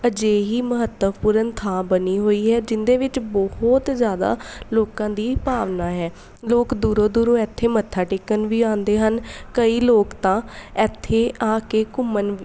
ਅਜਿਹੀ ਮਹੱਤਵਪੂਰਨ ਥਾਂ ਬਣੀ ਹੋਈ ਹੈ ਜਿਹਦੇ ਵਿੱਚ ਬਹੁਤ ਜ਼ਿਆਦਾ ਲੋਕਾਂ ਦੀ ਭਾਵਨਾ ਹੈ ਲੋਕ ਦੂਰੋਂ ਦੂਰੋਂ ਇੱਥੇ ਮੱਥਾ ਟੇਕਣ ਵੀ ਆਉਂਦੇ ਹਨ ਕਈ ਲੋਕ ਤਾਂ ਇੱਥੇ ਆ ਕੇ ਘੁੰਮਣ